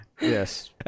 yes